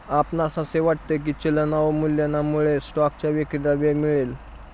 आपणास असे वाटते की चलन अवमूल्यनामुळे स्टॉकच्या विक्रीला वेग मिळेल?